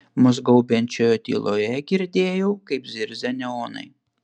mus gaubiančioje tyloje girdėjau kaip zirzia neonai